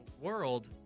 World